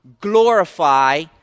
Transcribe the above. glorify